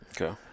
Okay